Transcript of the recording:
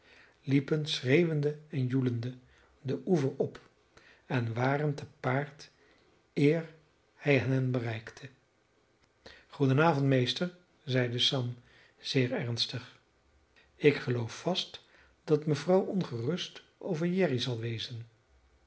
liepen schreeuwende en joelende den oever op en waren te paard eer hij hen bereikte goeden avond meester zeide sam zeer ernstig ik geloof vast dat mevrouw ongerust over jerry zal wezen